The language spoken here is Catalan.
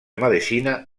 medicina